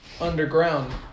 underground